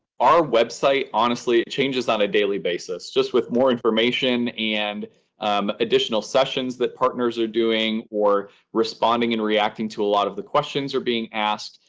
our website, honestly, it changes on a daily basis, just with more information and additional sessions that partners are doing or responding and reacting to a lot of the questions are being asked.